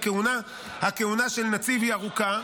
כי הכהונה של נציב היא ארוכה,